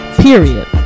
period